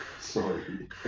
Sorry